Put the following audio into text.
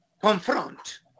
confront